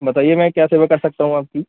बताइए मैं क्या सेवा कर सकता हूँ आपकी